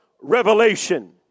revelation